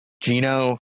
Gino